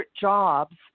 jobs